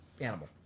animal